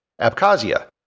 Abkhazia